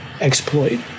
exploit